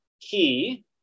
key